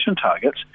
targets